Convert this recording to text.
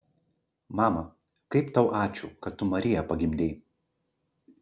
mama kaip tau ačiū kad tu mariją pagimdei